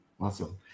Awesome